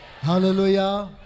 Hallelujah